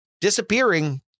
disappearing